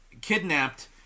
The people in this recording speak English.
kidnapped